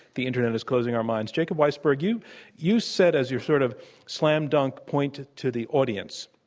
the internet is closing our minds. jacob weisberg, you you said as your sort of slam dunk point to the audience,